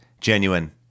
genuine